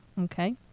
Okay